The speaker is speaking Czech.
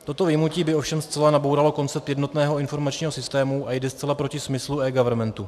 Toto vyjmutí by ovšem zcela nabouralo koncept jednotného informačního systému a jde zcela proti smyslu eGovernmentu.